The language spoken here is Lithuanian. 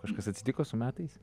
kažkas atsitiko su metais